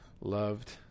loved